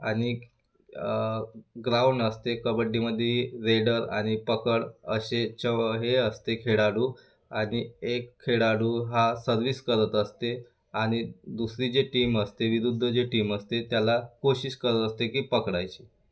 आनि ग्राउंड असते कबड्डीमध्ये रेडर आणि पकड असे चव हे असते खेळाडू आणि एक खेळाडू हा सर्वि्हस करत असते आणि दुसरी जी टीम असते विरुद्ध जे टीम असते त्याला कोशिश करत असते की पकडायची